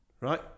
Right